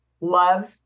love